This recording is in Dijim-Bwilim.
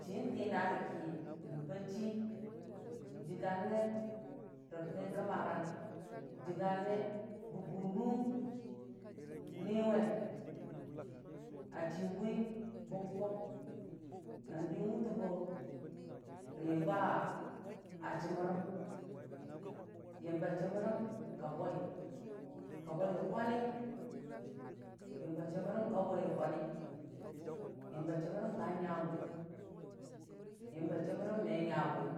Chi n'tiina rəki nəbba chi jiigane rə kaki kəmmarang jiiganne rə gu nʊ. Niwe a chi bwi bən fung nan də wʊtəgo yəmba chəmmər am, yəmba chəmmərəm ka bwaika bwaidə kwani yəmba chəmmərəm ka bwai də kwani yəmba chəmmərəm yəmba chəmmərəm me nya gʊ.